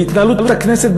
בהתנהלות הכנסת,